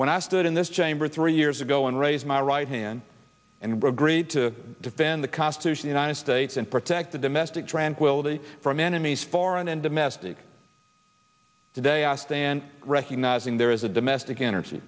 when i stood in this chamber three years ago and raise my right hand and we're agreed to defend the constitution united states and protect the domestic tranquility from enemies foreign and domestic today i stand recognizing there is a domestic energy